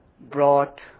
brought